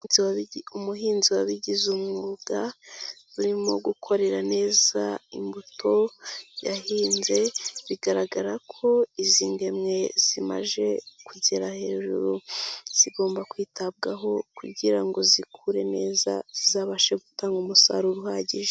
Umuhinzi wabigize umwuga, urimo gukorera neza imbuto yahinze, bigaragara ko izi ngemwe zimaje kugera hejuru, zigomba kwitabwaho kugira ngo zikure neza, zizabashe gutanga umusaruro uhagije.